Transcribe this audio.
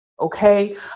okay